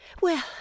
Well